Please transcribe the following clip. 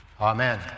Amen